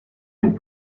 dans